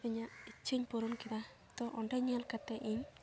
ᱤᱧᱟᱹᱜ ᱤᱪᱪᱷᱟᱹᱧ ᱯᱩᱨᱚᱱ ᱠᱮᱫᱟ ᱛᱚ ᱚᱸᱰᱮᱧ ᱧᱮᱞ ᱠᱟᱛᱮ ᱤᱧ